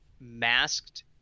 masked